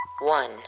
one